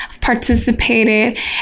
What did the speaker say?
participated